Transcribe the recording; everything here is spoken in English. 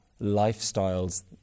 lifestyles